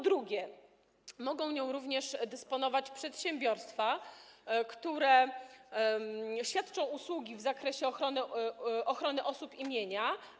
Po drugie, mogą nią również dysponować przedsiębiorstwa, które świadczą usługi w zakresie ochrony osób i mienia.